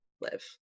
live